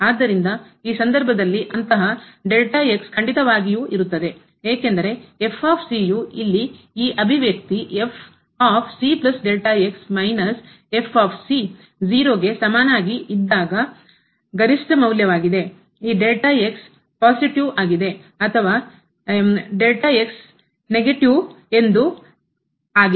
ಆದ್ದರಿಂದ ಈ ಸಂದರ್ಭದಲ್ಲಿಅಂತಹ ಖಂಡಿತವಾಗಿಯೂ ಇರುತ್ತದೆ ಏಕೆಂದರೆ ಇಲ್ಲಿ ಈ ಅಭಿವ್ಯಕ್ತಿ ಗೆ ಸಮನಾಗಿ ಇದ್ದಾಗ ಗರಿಷ್ಠ ಮೌಲ್ಯವಾಗಿದೆ ಈ positive ಧನಾತ್ಮಕವಾಗಿದೆ ಅಥವಾ ಎಂದು negative ನಕಾರಾತ್ಮಕವಾಗಿದೆ